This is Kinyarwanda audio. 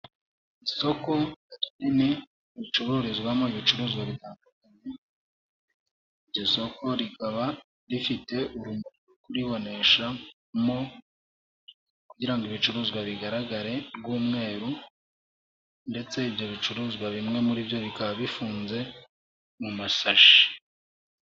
Isoko rinini ricururizwamo ibicuruzwa bitandukanye, iryo soko rikaba rifite urumuri ruboneshamo kugirango ngo ibicuruzwa bigaragare rw'umweru ndetse ibyo bicuruzwa bimwe muri byo bikaba bifunze mu masashi.